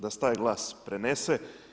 Da se taj glas prenese.